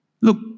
Look